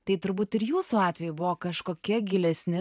tai turbūt ir jūsų atveju buvo kažkokie gilesni